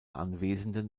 anwesenden